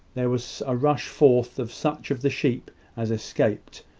there was a rush forth of such of the sheep as escaped,